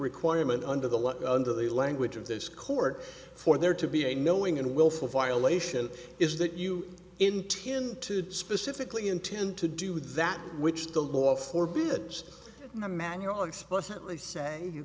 requirement under the law under the language of this court for there to be a knowing and willful violation is that you intend to specifically intend to do that which the law for bit in the manual explicitly say you